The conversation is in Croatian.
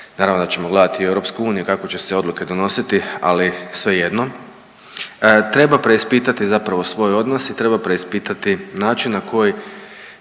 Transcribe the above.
naravno da ćemo gledati i EU kakve će se odluke donositi, ali svejedno, treba preispitati zapravo svoj odnos i treba preispitati način na koji